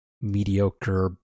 mediocre